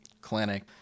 clinic